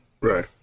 Right